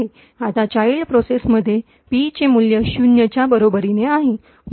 आता child process मध्ये पीचे मूल्य ० च्या बरोबरीने आहे